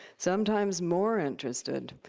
sometimes more interested.